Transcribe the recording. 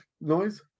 noise